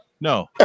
No